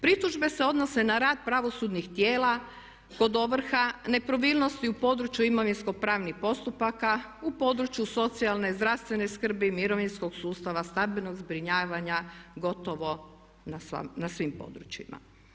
Pritužbe se odnose na rad pravosudnih tijela kod ovrha, nepravilnosti u području imovinsko-pravnih postupaka, u području socijalne, zdravstvene skrbi, mirovinskog sustava, stambenog zbrinjavanja gotovo na svim područjima.